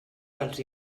dels